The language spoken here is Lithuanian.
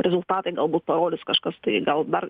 rezultatai galbūt parodys kažkas tai gal dar